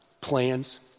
plans